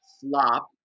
slop